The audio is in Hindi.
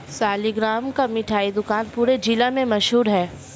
सालिगराम का मिठाई दुकान पूरे जिला में मशहूर है